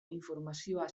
informazioa